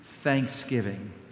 thanksgiving